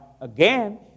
again